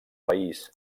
país